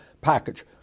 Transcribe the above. package